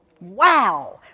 Wow